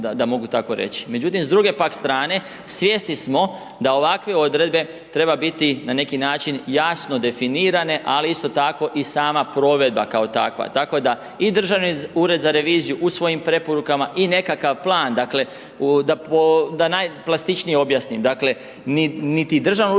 da mogu tako reći. Međutim, s druge pak strane svjesni smo da ovakve odredbe treba biti na neki način jasno definirane, ali isto tako i sama provedba kao takva. Tako da i Državni ured za reviziju u svojim preporukama i nekakav plan dakle, da najplastičnije objasnim. Dakle, niti Državnom uredu